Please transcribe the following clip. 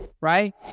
right